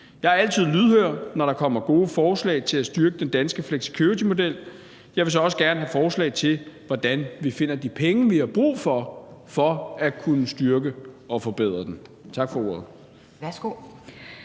Jeg er altid lydhør, når der kommer gode forslag til at styrke den danske flexicuritymodel. Jeg vil så også gerne have forslag til, hvordan vi finder de penge, vi har brug for, for at kunne styrke og forbedre den. Tak for ordet.